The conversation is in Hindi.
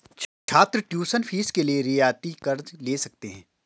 छात्र ट्यूशन फीस के लिए रियायती कर्ज़ ले सकते हैं